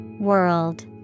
World